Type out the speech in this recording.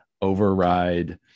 override